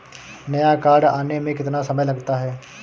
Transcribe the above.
नया कार्ड आने में कितना समय लगता है?